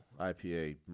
IPA